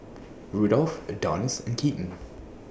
Rudolf Adonis and Keaton